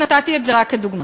נתתי את זה רק כדוגמה.